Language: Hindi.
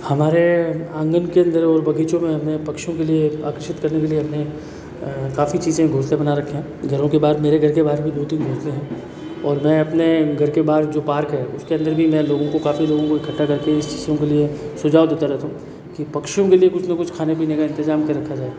हमारे आँगन के अंदर और बगीचों में हमने पक्षियों के लिए आकर्षित करने के लिए हमने काफी चीज़ें के घोंसले बना रखे है घरों के बाहर मेरे घर के बाहर भी दो तीन घोंसले है और मैं अपने घर के बाहर जो पार्क है उसके अंदर भी मैं लोगों को काफी लोगों को इकट्ठा करके इस चीज़ों के लिए सुझाव देता रहता हूँ कि पक्षियों के लिए कुछ न कुछ खाने पीने का इंतजाम रखा जाए